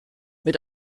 mit